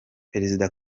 perezida